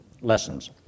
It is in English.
lessons